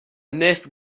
nef